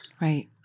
Right